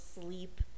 sleep